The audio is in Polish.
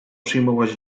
przyjmować